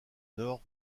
nord